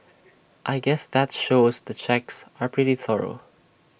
I guess that shows the checks are pretty thorough